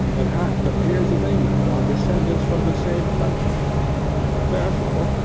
and half the peers of england are descendants from the same country wherefore,